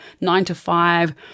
nine-to-five